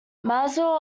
mazur